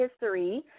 history